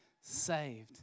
saved